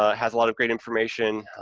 ah has a lot of great information,